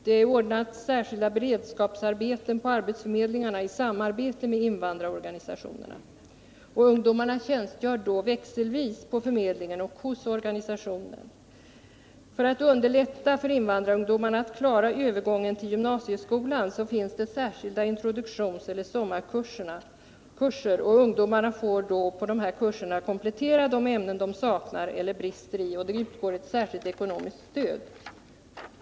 Det ordnas särskilda beredskapsarbeten på arbetsförmedlingarna i samarbete med invandrarorganisationerna. Ungdomarna tjänstgör då växelvis på förmedlingen och hos organisationen. För att underlätta för invandrarungdomarna att klara övergången till gymnasieskolan finns särskilda introduktionseller sommarkurser. Ungdomarna får där komplettera de ämnen som de saknar eller brister i, och det utgår ett särskilt ekonomiskt stöd.